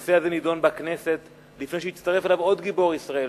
והנושא הזה נדון בכנסת לפני שהצטרף אליו עוד גיבור ישראל,